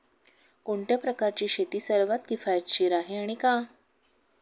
कोणत्या प्रकारची शेती सर्वात किफायतशीर आहे आणि का?